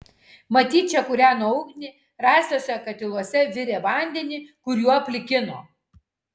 matyt čia kūreno ugnį rastuose katiluose virė vandenį kuriuo plikino